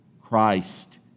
Christ